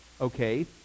okay